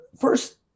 first